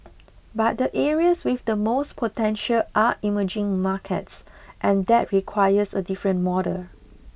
but the areas with the most potential are emerging markets and that requires a different model